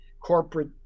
corporate